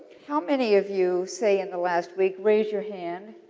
how many of you, say in the last week, raise your hand,